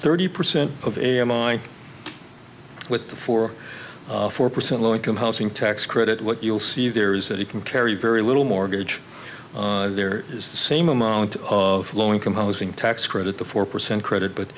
thirty percent of am i with the four four percent low income housing tax credit what you'll see there is that you can carry very little mortgage there is the same amount of low income housing tax credit the four percent credit but